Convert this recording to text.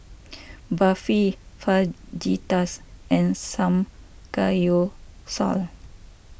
Barfi Fajitas and Samgeyopsal